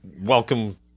welcome